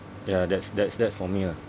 ya that's that's that's for me lah